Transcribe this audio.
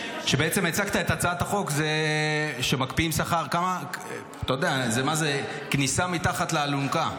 כשהצגת את הצעת החוק שמקפיאים שכר זה כניסה מתחת לאלונקה,